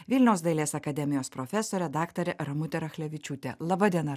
vilniaus dailės akademijos profesorė daktarė ramutė rachlevičiūtė laba diena